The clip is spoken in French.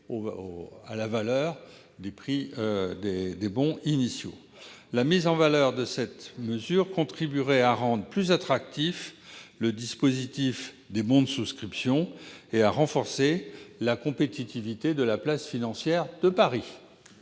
à la valeur des titres initiaux. La mise en oeuvre de cette mesure contribuerait à rendre plus attractif le dispositif des bons de souscription et à renforcer la compétitivité de la place financière de Paris.